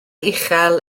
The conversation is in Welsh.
uchel